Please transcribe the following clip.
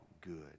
good